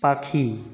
পাখি